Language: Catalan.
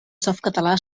softcatalà